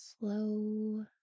slow